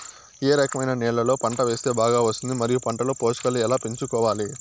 ఏ రకమైన నేలలో పంట వేస్తే బాగా వస్తుంది? మరియు పంట లో పోషకాలు ఎలా పెంచుకోవాలి?